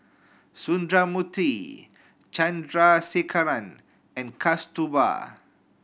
Sundramoorthy Chandrasekaran and Kasturba